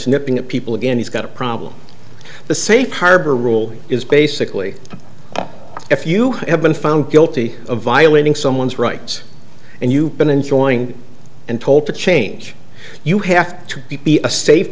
nipping at people again he's got a problem the safe harbor rule is basically if you have been found guilty of violating someone's rights and you've been enjoying and told to change you have to be a safe